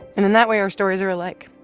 and in that way, our stories are alike